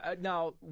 now